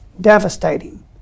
devastating